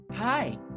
Hi